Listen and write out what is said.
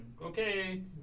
okay